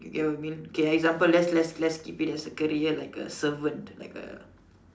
you get what I mean okay example let's let's let's keep it as a career like a servant like a